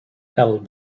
held